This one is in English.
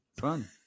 Fun